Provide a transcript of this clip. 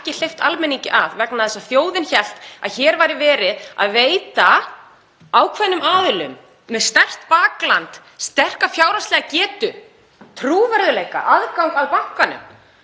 ekki hleypt að vegna þess að þjóðin hélt að hér væri verið að veita ákveðnum aðilum með sterkt bakland, sterka fjárhagslega getu, trúverðugleika, aðgang að bankanum.